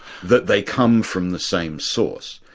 that they come from the same source,